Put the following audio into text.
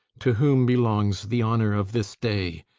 to whom belongs the honor of this day?